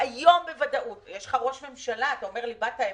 דיברת על ליבת האמת,